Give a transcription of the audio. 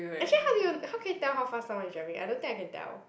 actually how do you how can you tell how fast someone is driving I don't think I can tell